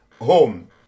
home